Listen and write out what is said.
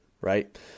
Right